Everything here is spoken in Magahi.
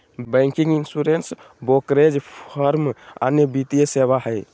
बैंकिंग, इंसुरेन्स, ब्रोकरेज फर्म अन्य वित्तीय सेवा हय